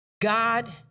God